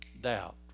doubt